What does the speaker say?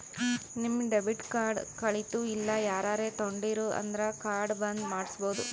ನಿಮ್ debit card ಕಳಿತು ಇಲ್ಲ ಯಾರರೇ ತೊಂಡಿರು ಅಂದುರ್ ಕಾರ್ಡ್ ಬಂದ್ ಮಾಡ್ಸಬೋದು